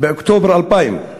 באוקטובר 2000,